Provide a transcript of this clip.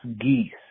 geese